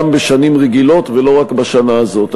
גם בשנים רגילות ולא רק בשנה הזאת.